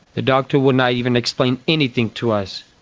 the doctor would not even explain anything to us,